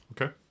Okay